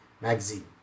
magazine